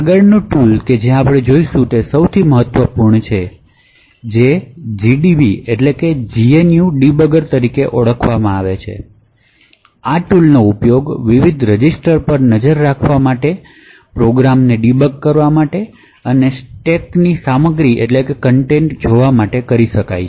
આગળનું ટૂલ કે જે આપણે જોઈશું તે સૌથી મહત્વપૂર્ણ છે જેથી તેને gdb GNU Debugger તરીકે ઓળખવામાં આવે છે આ ટૂલનો ઉપયોગ વિવિધ રજિસ્ટર પર નજર રાખવા માટે આ પ્રોગ્રામને ડિબગ કરવા માટે સ્ટેકની સામગ્રીને જોવા કરી શકાય છે